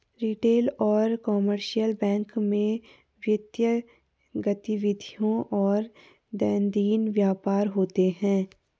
retail और commercial bank में वित्तीय गतिविधियों और दैनंदिन व्यापार होता है